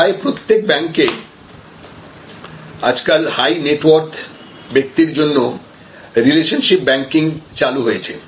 প্রায় প্রত্যেক ব্যাংকে আজকাল হাই নেট ওয়র্থ ব্যক্তির জন্য রিলেশনশিপ ব্যাংকিং চালু হয়েছে